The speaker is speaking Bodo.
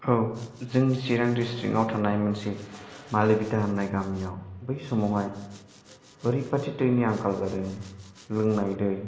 औ जोंनि सिरां डिस्ट्रिक्ट आव थानाय मोनसे मालिबिटा होननाय गामिआव बै समावहाय ओरैबादि दैनि आंखाल जादों लोंनाय दै